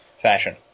fashion